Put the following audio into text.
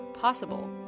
possible